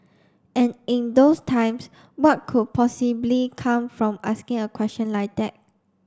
and in those times what could possibly come from asking a question like that